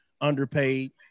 underpaid